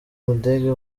mudenge